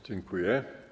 Dziękuję.